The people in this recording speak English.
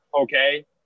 okay